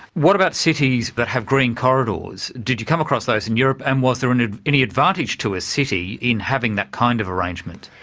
what about cities that have green corridors? did you come across those in europe and was there ah any advantage to a city in having that kind of arrangement?